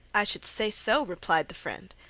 i should say so, replied the friend.